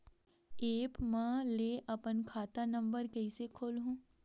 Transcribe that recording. App म ले अपन खाता नम्बर कइसे खोलहु?